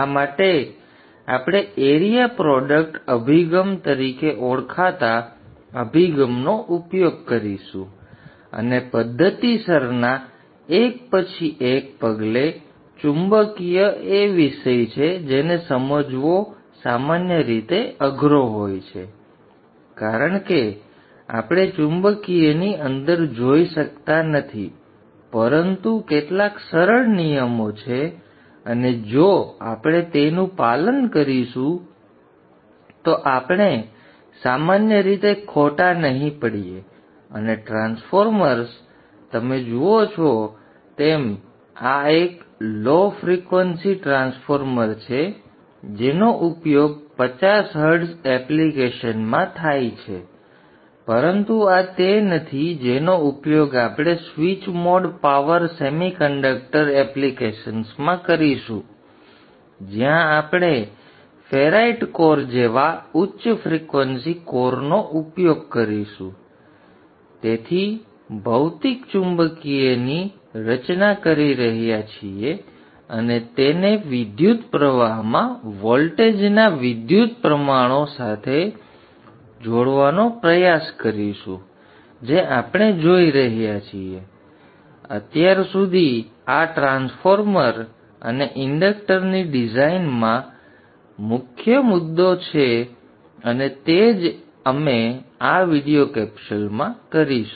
આ માટે આપણે એરિયા પ્રોડક્ટ અભિગમ તરીકે ઓળખાતા અભિગમનો ઉપયોગ કરીશું અને પદ્ધતિસરના એક પછી એક પગલે ચુંબકીય એ વિષય છે જેને સમજવો સામાન્ય રીતે અઘરો હોય છે કારણ કે આપણે ચુંબકીયની અંદર જોઈ શકતા નથી પરંતુ કેટલાક સરળ નિયમો છે અને જો આપણે તેનું પાલન કરીશું તો આપણે સામાન્ય રીતે ખોટા નહીં પડીએ અને ટ્રાન્સફોર્મર્સ તમે અહીં જુઓ છો તેમ આ એક લો ફ્રિક્વન્સી ટ્રાન્સફોર્મર છે જેનો ઉપયોગ 50 હર્ટ્ઝ એપ્લિકેશન્સ માં થાય છે પરંતુ આ તે નથી જેનો ઉપયોગ આપણે switch mode power semiconductor એપ્લિકેશન્સમાં કરીશું જ્યાં આપણે ફેરાઇટ કોર જેવા ઉચ્ચ ફ્રિક્વન્સી કોરનો ઉપયોગ કરીશું અને તેથી ભૌતિક ચુંબકીયની રચના કરી રહ્યા છીએ અને તેને વિદ્યુતપ્રવાહમાં વોલ્ટેજ ના વિદ્યુત પરિમાણો સાથે જોડવાનો પ્રયાસ કરીશું જે આપણે જોઈ રહ્યા છીએ અત્યાર સુધી આ ટ્રાન્સફોર્મર અને ઇન્ડક્ટરની ડિઝાઇનમાં મુખ્ય મુખ્ય મુદ્દો છે અને તે જ અમે આ વિડિઓ કેપ્સ્યુલમાં કરીશું